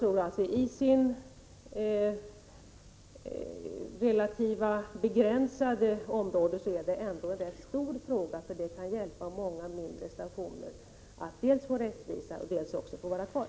Trots att detta är en fråga som berör ett begränsat område är den ändå rätt stor genom att den kan leda till att många andra mindre stationer kan få hjälp 114 att dels få rättvisa, dels få vara kvar.